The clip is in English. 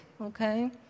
okay